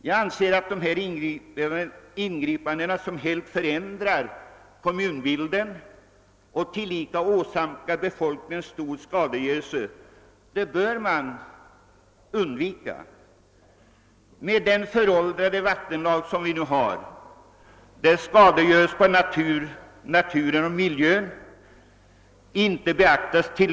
Jag anser att ingripanden som helt förändrar kommunbilden och åsamkar befolkningen stor skada bör undvikas. Den nuvarande föråldrade vattenlagen beaktar inte tillräckligt skadegörelse på natur och miljö.